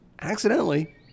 accidentally